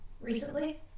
Recently